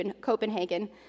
copenhagen